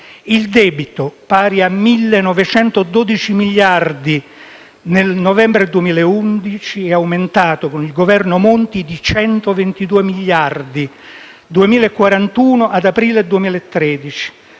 Il debito, pari a 1.912 miliardi nel novembre 2011, è aumentato con il Governo Monti di 122 miliardi: 2.041 ad aprile 2013;